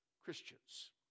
Christians